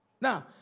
Now